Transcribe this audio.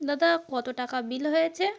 দাদা কত টাকা বিল হয়েছে